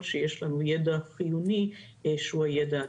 שיש לנו יידע חיוני שהוא הידע טקסונומי.